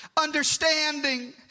Understanding